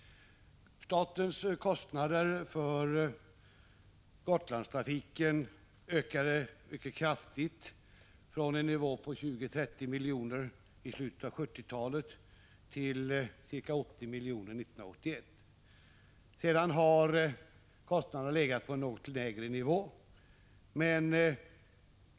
Statens kostnader för Gotlandstrafiken ökade mycket kraftigt från en nivå på 20-30 milj.kr. i slutet av 1970-talet till ca 80 milj.kr. 1981. Sedan dess har kostnaderna legat på en något lägre nivå.